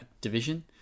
division